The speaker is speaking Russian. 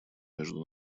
между